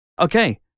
Okay